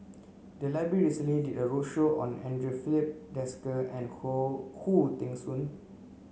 the library recently did a roadshow on Andre Filipe Desker and Khoo Teng Soon